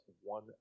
one